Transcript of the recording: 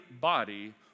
body